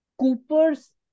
Cooper's